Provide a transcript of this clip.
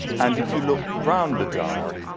and if you look around the dial,